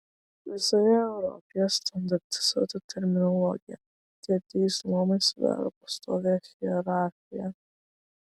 visoje europoje standartizuota terminologija tie trys luomai sudaro pastovią hierarchiją